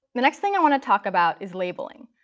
the next thing i want to talk about is labeling.